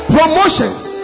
Promotions